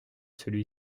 celui